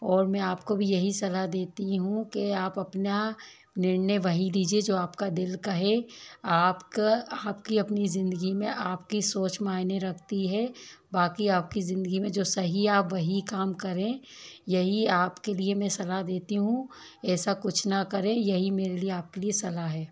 और मैं आपको भी यही सलाह देती हूँ कि आप अपना निर्णय वही लीजिये जो आपका दिल कहे आपका आपकी अपनी जिंदगी में आपकी सोच मायने रखती है बाकि आपकी जिंदगी में जो सही आप वही काम करें यही आपके लिए मैं सलाह देती हूँ ऐसा कुछ ना करें यही मेरे लिए आपके लिए सलाह है